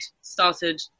started